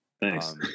Thanks